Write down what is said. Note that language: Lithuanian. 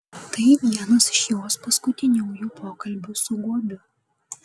tai vienas iš jos paskutiniųjų pokalbių su guobiu